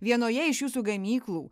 vienoje iš jūsų gamyklų